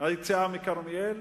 מהיציאה מכרמיאל,